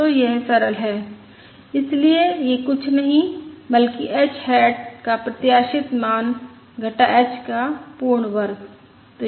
तो यह सरल है इसलिए यह कुछ नहीं बल्कि h हैट का प्रत्याशित मान घटा h का पूर्ण वर्ग है